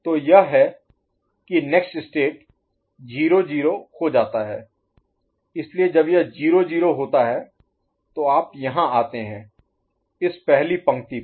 तो यह है कि नेक्स्ट स्टेट 0 0 हो जाता है इसलिए जब यह 0 0 होता है तो आप यहाँ आते हैं इस पहली पंक्ति पर